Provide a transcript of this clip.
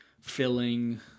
Filling